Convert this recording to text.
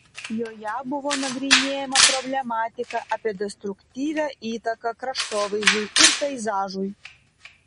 joje buvo nagrinėjama problematika apie destruktyvią įtaką kraštovaizdžiui ir peizažui